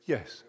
Yes